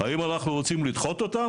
האם אנחנו רוצים לדחות אותך?